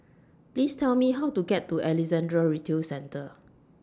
Please Tell Me How to get to Alexandra Retail Centre